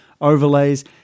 overlays